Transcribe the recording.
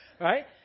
Right